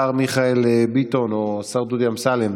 שבה ילדות וילדים נקרעים לגזרים במאבקים חסרי תוחלת בין הורים,